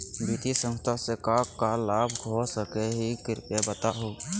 वित्तीय संस्था से का का लाभ हो सके हई कृपया बताहू?